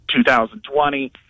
2020